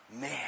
man